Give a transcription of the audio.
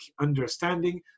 understanding